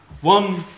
One